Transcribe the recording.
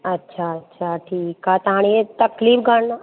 अच्छा अच्छा ठीकु आहे त हाणे इहा तकलीफ़ करणु